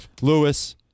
Lewis